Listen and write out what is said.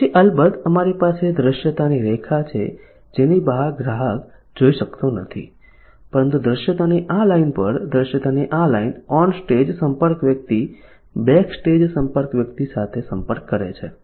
પછી અલબત્ત અમારી પાસે દૃશ્યતાની રેખા છે જેની બહાર ગ્રાહક જોઈ શકતો નથી પરંતુ દૃશ્યતાની આ લાઇન પર દૃશ્યતાની આ લાઇન ઓન સ્ટેજ સંપર્ક વ્યક્તિ બેકસ્ટેજ સંપર્ક વ્યક્તિ સાથે સંપર્ક કરે છે